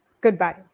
Goodbye